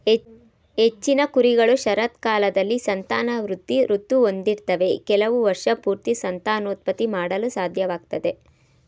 ಹೆಚ್ಚಿನ ಕುರಿಗಳು ಶರತ್ಕಾಲದಲ್ಲಿ ಸಂತಾನವೃದ್ಧಿ ಋತು ಹೊಂದಿರ್ತವೆ ಕೆಲವು ವರ್ಷಪೂರ್ತಿ ಸಂತಾನೋತ್ಪತ್ತಿ ಮಾಡಲು ಸಾಧ್ಯವಾಗ್ತದೆ